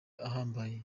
ahambaye